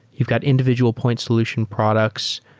you've got individual point solution products.